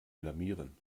blamieren